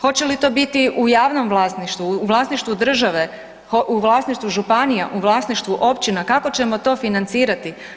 Hoće li to biti u javnom vlasništvu, u vlasništvu države, u vlasništvu županija, u vlasništvu općina, kako ćemo to financirati?